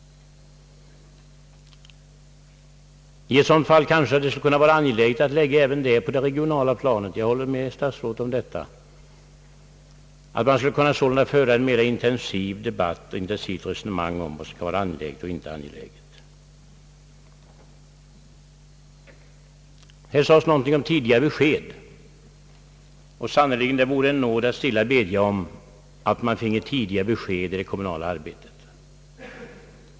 I ett sådant fall skulle det kanske vara angeläget att lägga även detta på det regionala planet — jag håller med herr statsrådet om detta — så att man således skulle kunna föra en mer intensiv debatt och ett mer intensivt resonemang om vad som skulle vara angeläget och icke angeläget. Här sades någonting om tidiga besked, och det vore sannerligen en nåd att stilla bedja om att man finge tidiga besked i det kommunala arbetet.